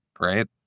right